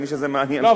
למי שזה מעניין אותו.